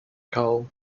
carl